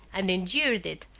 and endured it,